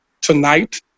tonight